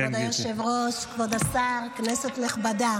כבוד היושב-ראש, כבוד השר, כנסת נכבדה